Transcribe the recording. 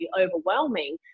overwhelming